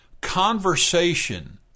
conversation